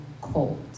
cold